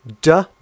Duh